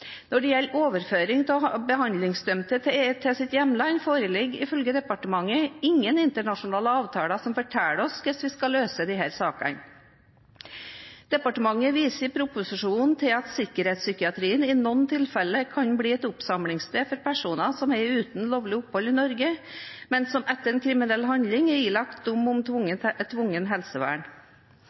Når det gjelder overføring av de behandlingsdømte til deres hjemland, foreligger det ifølge departementet ingen internasjonale avtaler som forteller oss hvordan disse sakene skal løses. Departementet viser i proposisjonen til at sikkerhetspsykiatrien i noen tilfeller kan bli et oppsamlingssted for personer som er uten lovlig opphold i Norge, men som etter en kriminell handling er ilagt dom om tvungent helsevern. Dom om tvungen omsorg eller tvungent psykisk helsevern